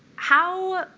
how